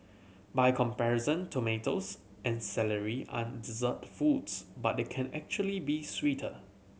by comparison tomatoes and celery aren't dessert foods but they can actually be sweeter